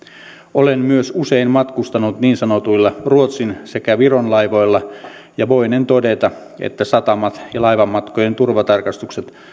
olen myös usein matkustanut niin sanotuilla ruotsin sekä viron laivoilla ja voinen todeta että satamat ja laivamatkojen turvatarkastukset